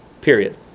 period